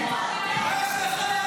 --- מה יש לך להציע,